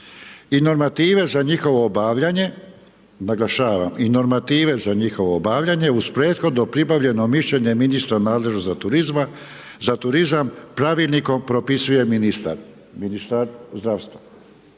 i normative za njihovo obavljanje, naglašavam, i normative za njihovo obavljanje uz prethodno pribavljeno mišljenje ministra nadležnog za turizam, pravilnikom propisuje ministar zdravstva.